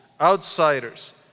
outsiders